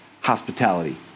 hospitality